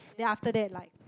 then after that like